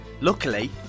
Luckily